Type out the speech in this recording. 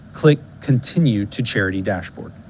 click continue to charity dashboard